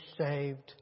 saved